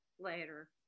later